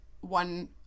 one